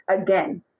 again